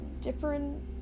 different